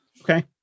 Okay